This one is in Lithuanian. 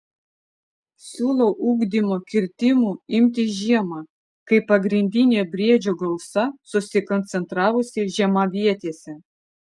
siūlau ugdymo kirtimų imtis žiemą kai pagrindinė briedžių gausa susikoncentravusi žiemavietėse